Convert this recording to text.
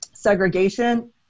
segregation